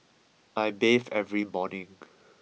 I bathe every morning